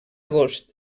agost